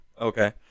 okay